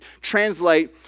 translate